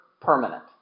permanent